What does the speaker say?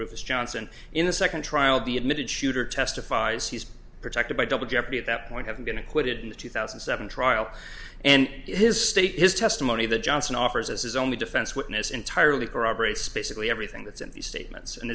rufus johnson in the second trial the admitted shooter testifies he's protected by double jeopardy at that point having been acquitted in the two thousand and seven trial and his state his testimony the johnson offers as his only defense witness entirely corroborate space lee everything that's in these statements and